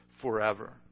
forever